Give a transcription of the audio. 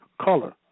color